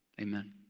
Amen